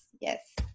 Yes